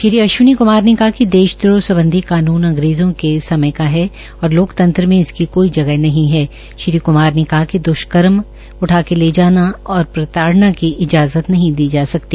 श्री अश्चिनी क्मार ने कहा कि देशदोह सम्बध कान्न अंग्रेजों के समय का है और लोकतंत्र मे इसकी कोई जगह नहीं है श्री कुमार ने कहा कि द्वष्कर्म उठा के ले जाना और प्रताड़ना की इजाजत नहीं दी सकती